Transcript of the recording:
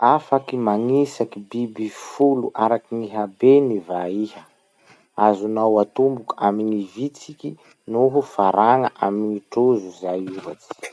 Afaky magnisaky biby folo araky gny habeny va iha? Azonao atomboky amin'ny vitsiky noho farana amin'ny trozo zay ohatsy.